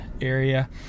area